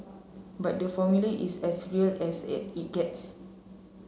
but the Formula is as real as it it gets